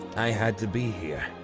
i had to be here.